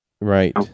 Right